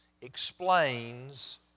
explains